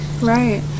right